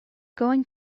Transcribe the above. going